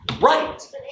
Right